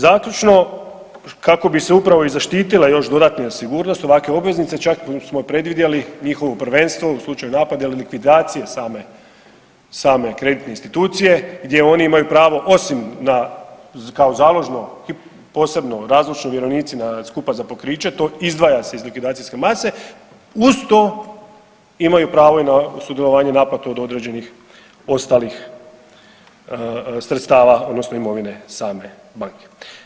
Zaključno, kako bi se upravo i zaštitile još dodatne sigurnost ovakve obveznice čak smo predvidjeli njihovo prvenstvo u slučaju napada ili likvidacije same kreditne institucije gdje oni imaju pravo osim na kao založno posebno razlučno vjerovnici na skupa za pokriće to izdvaja se iz likvidacijske mase, uz to imaju pravo na sudjelovanje u naplati od određenih ostalih sredstava odnosno imovine same banke.